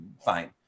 fine